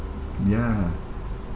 ya